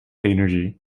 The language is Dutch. energie